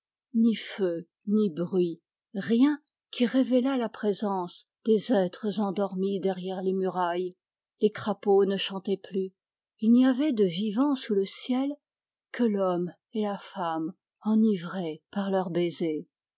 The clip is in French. ni bruit rien qui révélât la présence des êtres endormis derrière les murailles les crapauds ne chantaient plus il n'y avait de vivant sous le ciel que l'homme et la femme enivrés par leur baiser